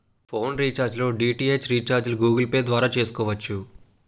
phone recharge లో DTH రీఛార్జిలు Google pay ద్వారా చేసుకోవచ్చు